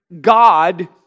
God